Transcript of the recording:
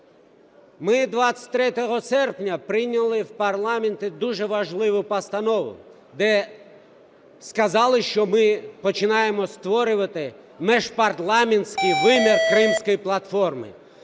Ми 23 серпня прийняли в парламенті дуже важливу постанову, де сказали, що ми починаємо створювати міжпарламентських вимір Кримської платформи.